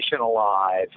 alive